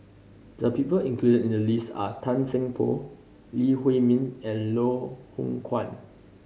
the people included in the list are Tan Seng Poh Lee Huei Min and Loh Hoong Kwan